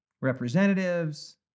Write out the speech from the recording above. Representatives